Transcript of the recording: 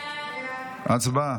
הצבעה.